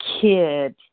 kid